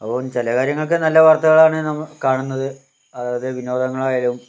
അപ്പോൾ ചില കാര്യങ്ങൾക്ക് നല്ല വാർത്തകളാണ് നാം കാണുന്നത് അത് വിനോദങ്ങളായാലും